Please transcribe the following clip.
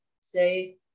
say